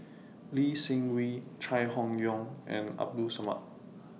Lee Seng Wee Chai Hon Yoong and Abdul Samad